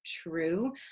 true